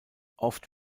oft